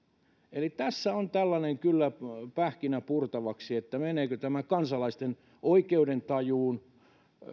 eli tässä on tällainen kyllä pähkinä purtavaksi että meneekö tämä kansalaisten oikeudentajuun